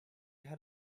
had